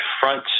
front